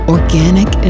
Organic